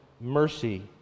mercy